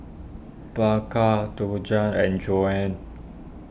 Bianca Djuana and Joann